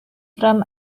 from